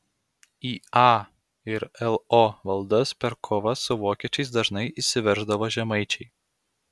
į a ir lo valdas per kovas su vokiečiais dažnai įsiverždavo žemaičiai